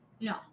No